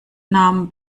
nahm